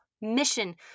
mission